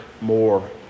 more